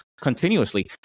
continuously